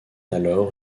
alors